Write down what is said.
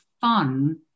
fun